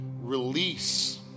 release